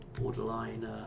borderline